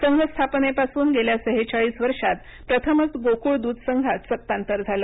संघ स्थापनेपासून गेल्या सेहेचाळीस वर्षात प्रथमच गोक्ळ द्ध संघात सत्तांतर झालं